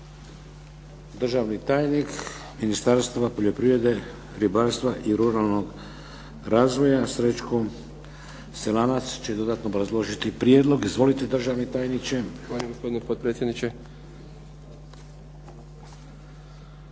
Državni tajnik Ministarstva poljoprivrede, ribarstva i ruralnog razvoja Srećko Selanac će dodatno obrazložiti prijedlog. Izvolite državni tajniče. **Selanac, Srećko** Hvala gospodine potpredsjedniče,